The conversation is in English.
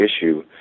issue